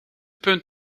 punt